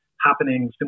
happening